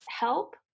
help